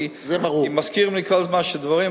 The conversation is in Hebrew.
כי מזכירים לי כל הזמן שדברים,